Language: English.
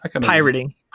Pirating